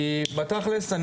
כי בתכ'לס,